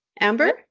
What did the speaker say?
Amber